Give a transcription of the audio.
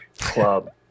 club